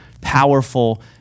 powerful